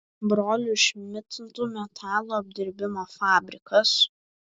brolių šmidtų metalo apdirbimo fabrikas